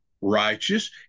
righteous